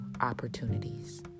opportunities